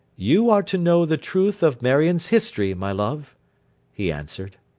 you are to know the truth of marion's history, my love he answered.